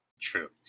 True